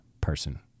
person